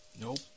Nope